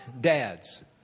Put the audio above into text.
Dads